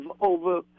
over